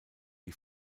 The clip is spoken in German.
die